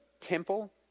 temple